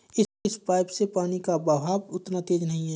इस पाइप से पानी का बहाव उतना तेज नही है